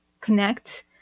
connect